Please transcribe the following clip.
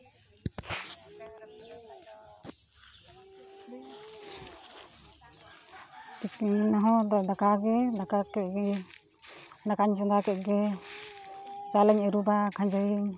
ᱛᱤᱠᱤᱱ ᱦᱚᱸ ᱫᱟᱠᱟ ᱠᱚᱜᱮ ᱫᱟᱠᱟ ᱠᱮᱫ ᱜᱮ ᱫᱟᱠᱟᱧ ᱪᱚᱸᱫᱟ ᱠᱮᱫ ᱜᱮ ᱪᱟᱣᱞᱮᱧ ᱟᱹᱨᱩᱵᱟ ᱠᱷᱟᱸᱡᱚᱭᱟᱹᱧ